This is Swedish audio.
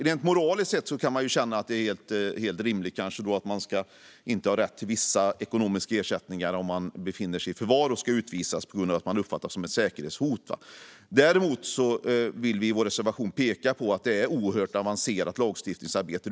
Rent moraliskt kan det kanske kännas helt rimligt att man inte ska ha rätt till vissa ekonomiska ersättningar om man befinner sig i förvar och ska utvisas på grund av att man uppfattas som ett säkerhetshot. Däremot vill vi i vår reservation peka på att detta handlar om oerhört avancerat lagstiftningsarbete.